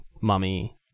mummy